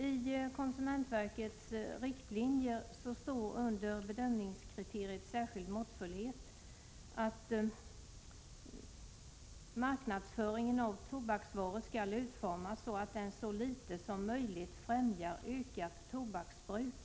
I konsumentverkets riktlinjer står det under bedömningskriteriet ”särskild måttfullhet” att marknadsföringen av tobaksvaror skall utformas så, att den så litet som möjligt främjar ett ökat tobaksbruk.